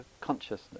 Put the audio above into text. consciousness